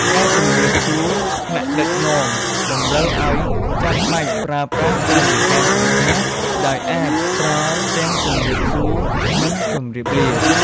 ការជម្រាបសួរថ្នាក់ដឹកនាំតម្រូវឱ្យចាំបាច់ប្រើប្រាស់កាយវិការ សំពះ ដោយអាចប្រើទាំងជម្រាបសួរនិងជម្រាបលា។